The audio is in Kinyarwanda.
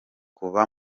kuva